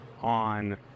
on